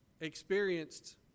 experienced